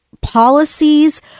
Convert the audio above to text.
policies